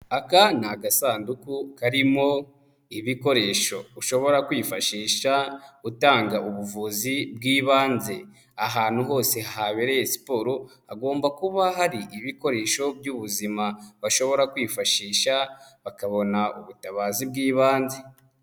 Aka ni agasanduku karimo ibikoresho ushobora kwifashisha utanga ubuvuzi bw'ibanze. Ahantu hose habereye siporo, hagomba kuba hari ibikoresho by'ubuzima. Bashobora kwifashisha bakabona ubutabazi bw'ibanze.